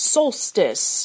Solstice